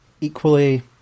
equally